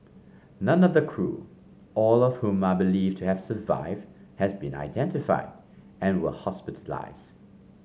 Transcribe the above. none of the crew all of whom are believed to have survived has been identified and were hospitalised